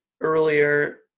earlier